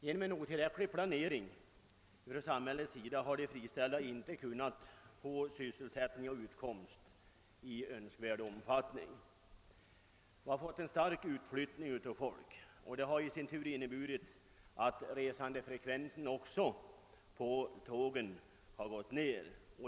Genom otillräcklig planering från samhällets sida har de friställda inte kunnat erhålla sysselsättning och utkomst i önskvärd omfattning. Vi har därför fått en stark utflyttning av människor, som i sin tur har inneburit att resandefrekvensen på tågen har gått ned.